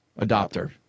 Adopter